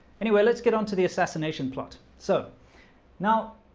anyway, let's get on to the assassination plot. so now